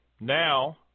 Now